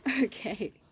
okay